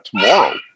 tomorrow